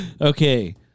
Okay